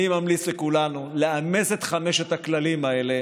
אני ממליץ לכולנו לאמץ את חמשת הכללים האלה